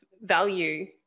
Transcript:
value